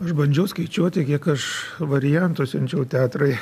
aš bandžiau skaičiuoti kiek aš variantų atsiunčiau teatrui